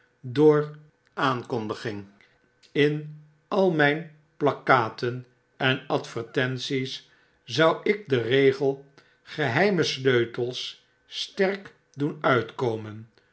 door aankondiging in al mijn plakkaten en advertenties zou ik den regel geheime sleutel s sterk doen uitkom